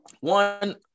one